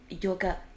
yoga